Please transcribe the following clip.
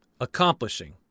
accomplishing